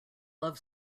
love